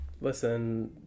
listen